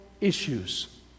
issues